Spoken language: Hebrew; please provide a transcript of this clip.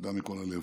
תודה מכל הלב.